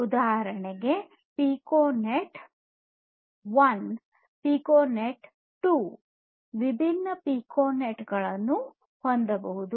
ಉದಾಹರಣೆಗೆ piconet 1 piconet 2 ವಿಭಿನ್ನ piconet ಗಳನ್ನು ಹೊಂದಬಹುದು